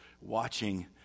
watching